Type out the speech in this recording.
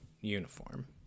uniform